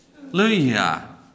Hallelujah